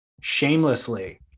shamelessly